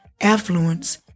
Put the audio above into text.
affluence